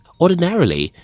ordinarily,